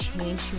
change